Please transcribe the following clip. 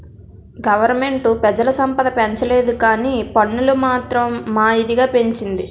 government పెజల సంపద పెంచలేదుకానీ పన్నులు మాత్రం మా ఇదిగా పెంచింది